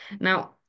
Now